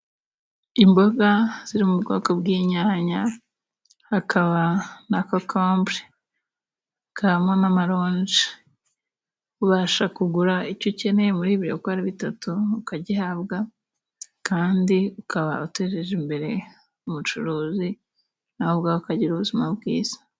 Imboga ziri mu bwoko bw'inyanya, hakaba na kokombure, hakamo n'amaronje. Ubasha kugura icyo ukeneye muri ibi uko ari bitatu ukagihabwa, kandi ukaba utejeje imbere umucuruzi nawe ubwawe ukagira ubuzima bwiza.